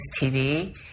TV